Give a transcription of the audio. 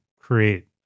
create